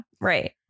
Right